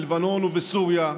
בלבנון ובסוריה.